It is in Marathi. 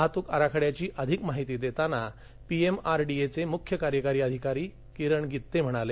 वाहतूक आराखड्याची अधिक माहिती देताना पीएमआरडीएचे मुख्य कार्यकारी अधिकारी किरण गित्ते म्हणाले